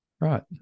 Right